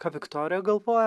ką viktorija galvoja